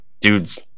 dudes